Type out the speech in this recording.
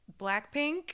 blackpink